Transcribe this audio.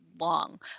Long